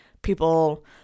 People